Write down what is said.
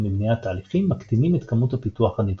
לבניית תהליכים מקטינים את כמות הפיתוח הנדרש.